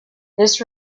this